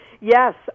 Yes